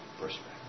perspective